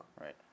Right